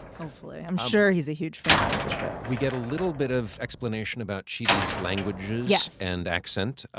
hopefully. i'm sure he's a huge fan of the show. we get a little bit of explanation about chidi's languages. yes. and accent.